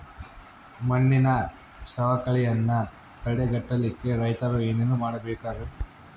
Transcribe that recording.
ಮಣ್ಣಿನ ಸವಕಳಿಯನ್ನ ತಡೆಗಟ್ಟಲಿಕ್ಕೆ ರೈತರು ಏನೇನು ಮಾಡಬೇಕರಿ?